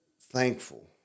thankful